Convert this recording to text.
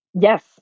Yes